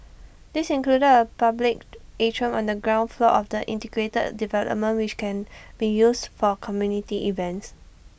these included A public atrium on the ground floor of the integrated development which can be used for community events